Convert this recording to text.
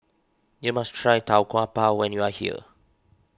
you must try Tau Kwa Pau when you are here